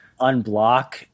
unblock